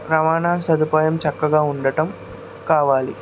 రవాణా సదుపాయం చక్కగా ఉండటం కావాలి